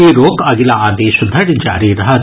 ई रोक अगिला आदेश धरि जारी रहत